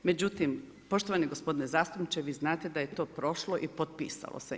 Međutim, poštovani gospodine zastupniče, vi znate da je to prošlo i potpisalo se.